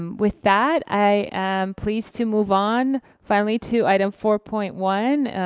um with that i am pleased to move on finally to item four point one,